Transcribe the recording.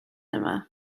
yma